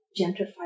gentrified